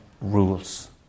rules